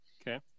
Okay